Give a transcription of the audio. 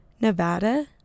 Nevada